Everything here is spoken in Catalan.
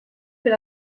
per